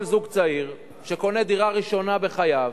כל זוג צעיר שקונה דירה ראשונה בחייו